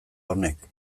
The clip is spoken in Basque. honek